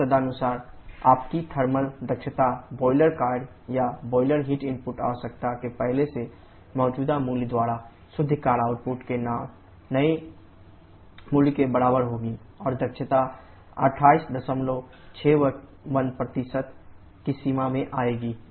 तो तदनुसार आपकी थर्मल दक्षता बॉयलर कार्य या बॉयलर हीट इनपुट आवश्यकता के पहले से मौजूदा मूल्य द्वारा शुद्ध कार्य आउटपुट के नए मूल्य के बराबर होगी और दक्षता 2861 की सीमा में आएगी